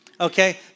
okay